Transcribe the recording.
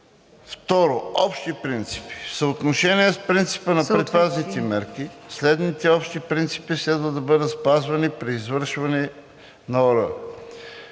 II. Общи принципи: В съответствие с принципа за предпазните мерки следните общи принципи следва да бъдат спазвани при извършването на ОР: